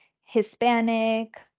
Hispanic